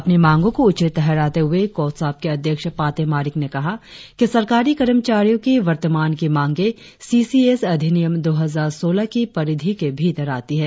अपनी मांगो को उचित ठहराते हुए कोसाप के अध्यक्ष पाते मारिक ने कहा कि सरकारी कर्मचारियो की वर्तमान की मांगे सी सी एस अधिनियम दो हजार सोलह की परिधि के भीतर आती है